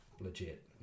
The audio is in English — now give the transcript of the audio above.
legit